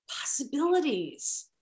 possibilities